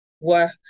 work